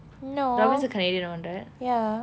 robin's the canadian one right